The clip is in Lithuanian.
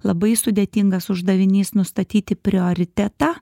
labai sudėtingas uždavinys nustatyti prioritetą